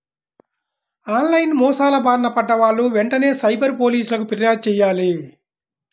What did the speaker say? on line మోసాల బారిన పడ్డ వాళ్ళు వెంటనే సైబర్ పోలీసులకు పిర్యాదు చెయ్యాలి